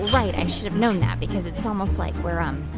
right. i should've known that because it's almost like we're um